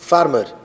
Farmer